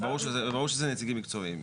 ברור שזה נציגים מקצועיים.